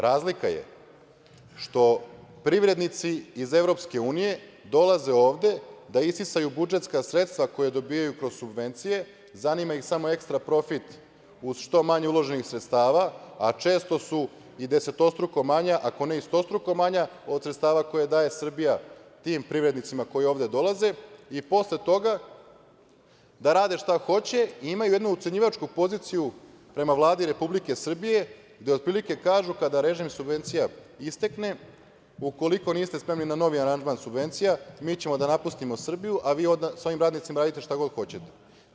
Razlika je što privrednici iz Evropske unije dolaze ovde da isisaju budžetska sredstva koja dobijaju kao subvencije, zanima ih samo ekstraprofit uz što manje uloženih sredstava, a često su i desetostruko manja, ako ne i stostruko manja od sredstava koja daje Srbija tim privrednicima koji ovde dolaze i posle toga da rade šta hoće i imaju jednu ucenjivačku poziciju prema Vladi Republike Srbije, gde otprilike kažu kada režim subvencija istekne, ukoliko niste spremni na novi aranžman subvencija mi ćemo da napustimo Srbiju, a vi sa ovim radnicima radite šta god hoćete.